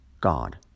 God